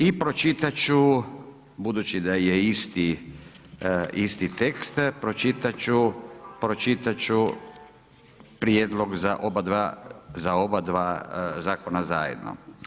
I pročitat ću budući da je isti tekst, pročitat ću prijedlog za oba dva zakona zajedno.